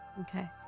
Okay